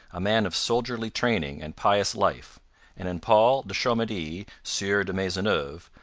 a man of soldierly training and pious life and in paul de chomedy, sieur de maisonneuve,